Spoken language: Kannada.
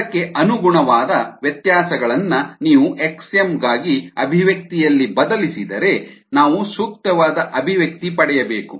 ಅದಕ್ಕೆ ಅನುಗುಣವಾದ ವ್ಯತ್ಯಾಸಗಳನ್ನ ನೀವು x m ಗಾಗಿ ಅಭಿವ್ಯಕ್ತಿಯಲ್ಲಿ ಬದಲಿಸಿದರೆ ನಾವು ಸೂಕ್ತವಾದ ಅಭಿವ್ಯಕ್ತಿ ಪಡೆಯಬೇಕು